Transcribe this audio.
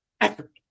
effort